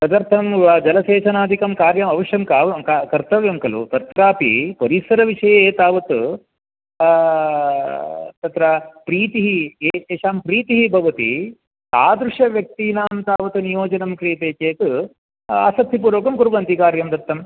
तदर्थं वा जलसेचनादिकं कार्यं अवश्यं कर्तव्यं खलु तत्रापि परिसरविषये एतावत् तत्र प्रीतिः एतेषां प्रीतिः भवति तादृशव्यक्तीनां तावत् नियोजनं क्रियते चेत् आसक्तिपूर्वकं कुर्वन्ति कार्यं दत्तं